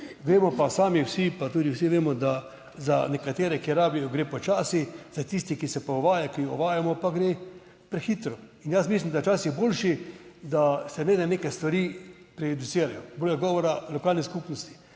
Vemo pa sami vsi, pa tudi vsi vemo, da za nekatere, ki rabijo gre počasi, za tiste, ki se pa uvaja, ki jih uvajamo pa gre prehitro in jaz mislim, da je čas je boljši, da se ne da neke stvari prejudicirajo. Bilo je govora o lokalnih skupnosti.